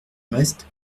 reste